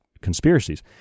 conspiracies